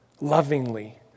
lovingly